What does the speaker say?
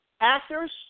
actors